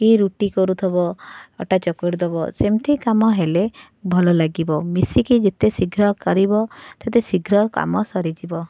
କିଏ ରୁଟି କରୁଥବ ଅଟା ଚକଡ଼ି ଦବ ସେମିତି କାମ ହେଲେ ଭଲ ଲାଗିବ ମିଶିକି ଯେତେ ଶୀଘ୍ର କରିବ ସେତେ ଶୀଘ୍ର କାମ ସରିଯିବ